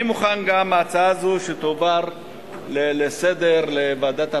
אני מוכן גם שההצעה תעבור כהצעה לסדר-היום לוועדת הפנים,